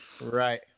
right